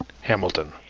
Hamilton